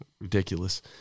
Ridiculous